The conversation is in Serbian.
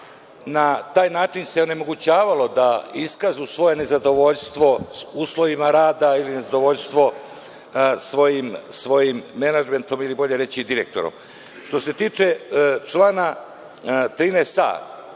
na taj način onemogućavalo da iskažu svoje nezadovostvo uslovima rada ili nezadovoljstvo svojim menadžmentom ili bolje reći direktorom. Što se tiče član 13a,